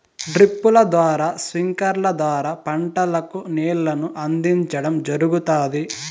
డ్రిప్పుల ద్వారా స్ప్రింక్లర్ల ద్వారా పంటలకు నీళ్ళను అందించడం జరుగుతాది